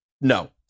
no